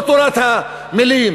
לא תורת המילים,